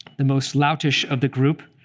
the most loutish of the group,